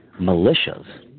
militias